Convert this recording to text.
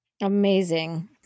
Amazing